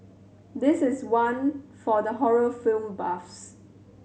this is one for the horror film buffs